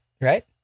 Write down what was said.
right